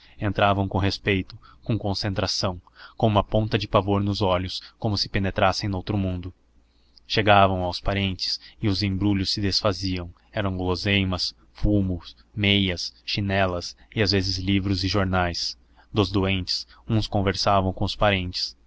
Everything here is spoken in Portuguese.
entravam com respeito com concentração com uma ponta de pavor nos olhos como se penetrassem noutro mundo chegavam aos parentes e os embrulhos se desfaziam eram guloseimas fumo meias chinelas às vezes livros e jornais dos doentes uns conversavam com os parentes